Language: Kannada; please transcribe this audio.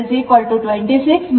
39 ಆಗಿರುತ್ತದೆ